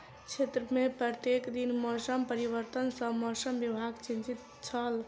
क्षेत्र में प्रत्येक दिन मौसम परिवर्तन सॅ मौसम विभाग चिंतित छल